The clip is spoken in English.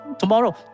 Tomorrow